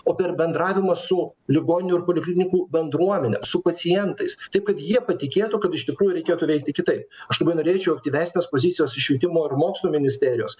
o per bendravimą su ligoninių ir poliklinikų bendruomene su pacientais taip kad jie patikėtų kad iš tikrųjų reikėtų veikti kitaip aš labai norėčiau aktyvesnės pozicijos iš švietimo ir mokslo ministerijos